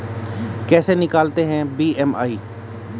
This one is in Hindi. कैसे निकालते हैं बी.एम.आई?